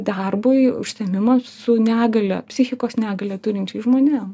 darbui užsiėmimas su negalia psichikos negalią turinčiais žmonėm